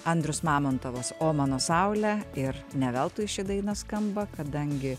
andrius mamontovas o mano saule ir ne veltui ši daina skamba kadangi